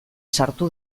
sartu